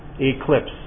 eclipse